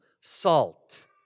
salt